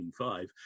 25